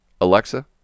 Alexa